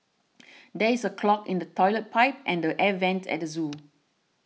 there is a clog in the Toilet Pipe and the Air Vents at the zoo